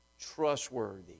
trustworthy